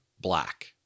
black